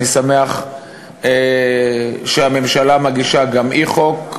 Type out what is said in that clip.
אני שמח שהממשלה מגישה גם היא הצעת חוק.